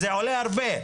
זה עולה הרבה.